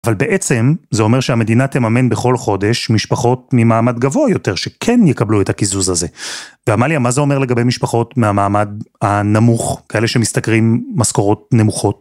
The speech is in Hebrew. אבל בעצם זה אומר שהמדינה תיץממן בכל חודש משפחות ממעמד גבוה יותר שכן יקבלו את הקיזוז הזה. ועמליה, מה זה אומר לגבי משפחות מהמעמד הנמוך, כאלה שמשתכרים משכורות נמוכות?